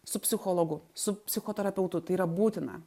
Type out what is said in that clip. su psichologu su psichoterapeutu tai yra būtina